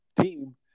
team